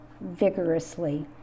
vigorously